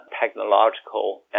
technological